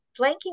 blanking